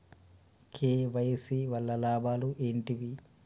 KYC వల్ల లాభాలు ఏంటివి?